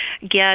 get